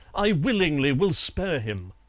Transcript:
i willingly will spare him.